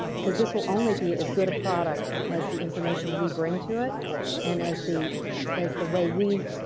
because this will only be as good a product as the information we bring to it and as the as the way we